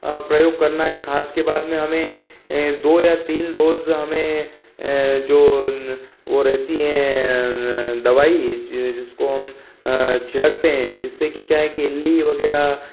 का प्रयोग करना है खाद के बाद में हमें दो या तीन डोज हमें जो वो रहती है दवाई जिसको हम छिड़कते हैं जिससे कि है क्या है की इल्ली वगैरह